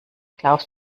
glaubst